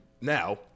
Now